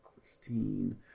Christine